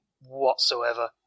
whatsoever